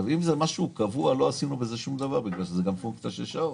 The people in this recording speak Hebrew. אם זה משהו קבוע לא עשינו בזה שום דבר כי זה גם פונקציה של שעות.